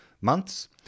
months